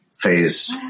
phase